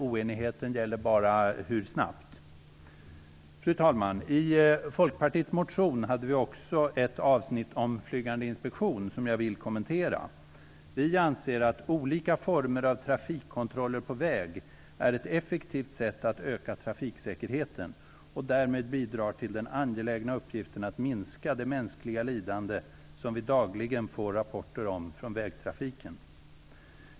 Oenigheten gäller bara hur snabbt det skall ske. Fru talman! I Folkpartiets motion hade vi också ett avsnitt om flygande inspektion. Jag vill kommentera detta. Vi anser att olika former av trafikkontroller på väg är ett effektivt sätt att öka trafiksäkerheten, och att de därmed bidrar till den angelägna uppgiften att minska det mänskliga lidande vi dagligen får rapporter om från vägtrafiken.